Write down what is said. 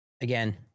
Again